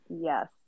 Yes